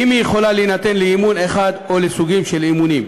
והיא יכולה להינתן לאימון מסוג אחד או לסוגים של אימונים.